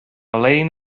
lein